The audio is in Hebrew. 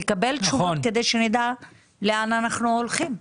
כדי שנדע לאן אנחנו הולכים.